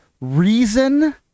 reason